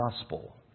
gospel